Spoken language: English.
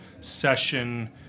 session